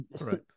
right